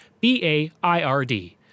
B-A-I-R-D